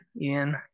Ian